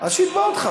אז שיתבע אותך,